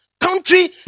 country